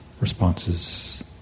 responses